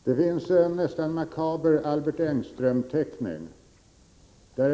Herr talman! Det finns en nästan makaber Albert Engström-teckning.